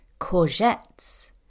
Courgettes